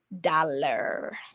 dollar